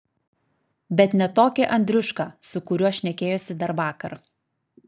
bet ne tokį andriušką su kuriuo šnekėjosi dar vakar